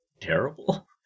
terrible